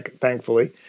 thankfully